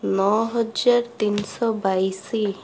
ନଅ ହଜାର ତିନି ଶହ ବାଇଶ